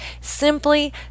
Simply